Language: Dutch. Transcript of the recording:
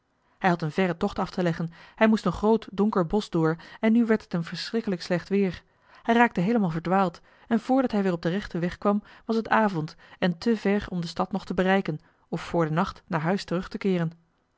hij had een verren tocht af te leggen hij moest een groot donker bosch door en nu werd het een verschrikkelijk slecht weer hij raakte heelemaal verdwaald en voordat hij weer op den rechten weg kwam was het avond en te ver om de stad nog te bereiken of voor den nacht naar huis terug te keeren